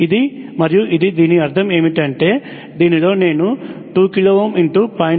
ఇది మరియు ఇది దీని అర్థం ఏమిటంటే దీనిలో నేను 2k0